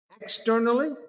Externally